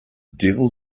devil